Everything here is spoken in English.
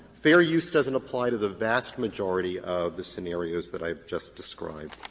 fair use doesn't apply to the vast majority of the scenarios that i've just described.